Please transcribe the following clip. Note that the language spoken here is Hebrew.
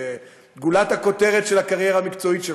זה גולת הכותרת של הקריירה המקצועית שלך.